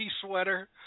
sweater